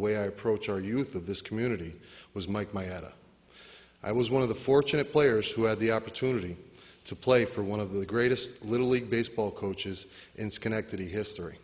the way i approach our youth of this community was mike my at it i was one of the fortunate players who had the opportunity to play for one of the greatest little league baseball coaches in schenectady history